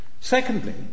Secondly